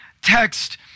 text